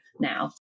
now